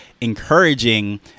encouraging